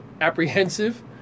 apprehensive